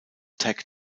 tag